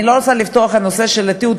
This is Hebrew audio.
אני לא רוצה לפתוח את נושא התיעוד,